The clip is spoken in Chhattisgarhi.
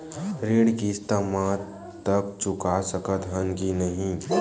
ऋण किस्त मा तक चुका सकत हन कि नहीं?